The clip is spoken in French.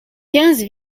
quinze